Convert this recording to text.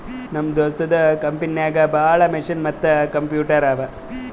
ನಮ್ ದೋಸ್ತದು ಕಂಪನಿನಾಗ್ ಭಾಳ ಮಷಿನ್ ಮತ್ತ ಕಂಪ್ಯೂಟರ್ ಅವಾ